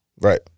Right